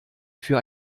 für